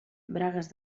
bragues